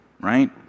right